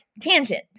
tangent